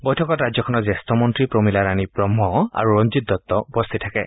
বৈঠকত ৰাজ্যখনৰ জ্যেষ্ঠ মন্ত্ৰী প্ৰমীলা ৰাণী ব্ৰহ্ম আৰু ৰঞ্জিত দত্ত উপস্থিত থাকে